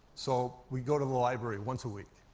so we go to the library once a week.